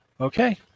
Okay